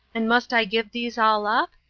and must i give these all up?